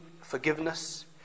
forgiveness